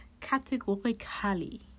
categorically